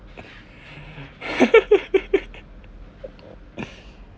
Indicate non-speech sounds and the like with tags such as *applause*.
*laughs*